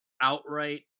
outright